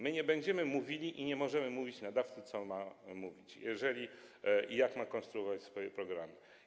My nie będziemy mówili i nie możemy mówić nadawcy, co ma powiedzieć i jak ma konstruować swoje programy.